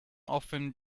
often